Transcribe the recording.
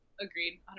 agreed